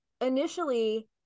initially